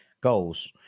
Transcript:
goals